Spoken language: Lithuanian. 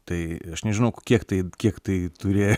tai aš nežinau kiek tai kiek tai turė